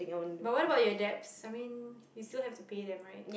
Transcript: but what about your debts I mean you still have to pay them right